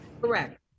Correct